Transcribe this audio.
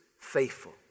faithful